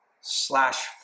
slash